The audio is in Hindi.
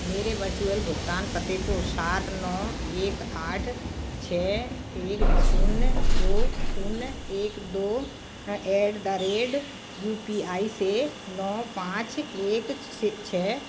मेरे वर्चुअल भुगतान पते को सात नौ एक आठ छः एक शून्य दो शून्य एक दो at the rate U P I से नौ पाँच एक छः